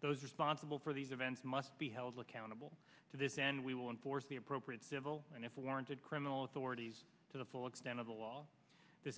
those responsible for these events must be held accountable to this and we will enforce the appropriate civil and if warranted criminal authorities to the full extent of the law this